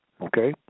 Okay